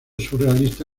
surrealista